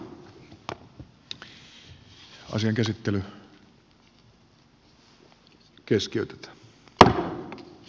puhemies eero heinäluoma